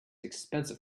expensive